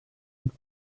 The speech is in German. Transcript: mit